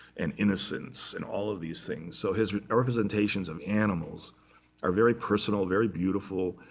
and innocence, and all of these things. so his representations of animals are very personal, very beautiful.